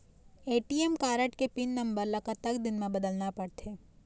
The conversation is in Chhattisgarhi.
ए.टी.एम कारड के पिन नंबर ला कतक दिन म बदलना पड़थे?